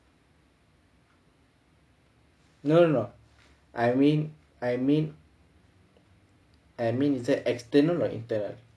no no I mean I mean I mean is that externally or internal